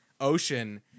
ocean